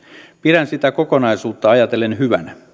pidän sitä kokonaisuutta ajatellen hyvänä